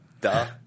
duh